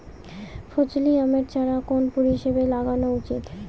ফজলি আমের চারা কোন পরিবেশে লাগানো উচিৎ?